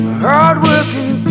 hardworking